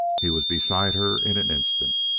he was beside her in an instant.